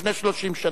לפני 30 שנה,